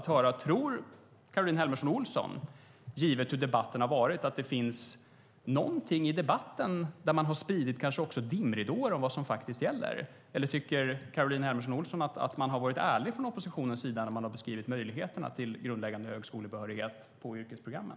Tror Caroline Helmersson Olsson, givet hur debatten har varit, att man kanske i debatten har spridit dimridåer om vad som faktiskt gäller? Det vore intressant att höra. Eller tycker hon att man har varit ärlig från oppositionens sida när man har beskrivit möjligheterna till grundläggande högskolebehörighet på yrkesprogrammen?